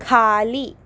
खाली